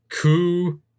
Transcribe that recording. Coup